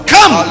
Come